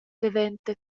daventa